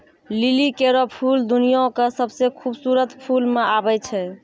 लिली केरो फूल दुनिया क सबसें खूबसूरत फूल म आबै छै